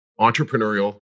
entrepreneurial